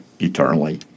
eternally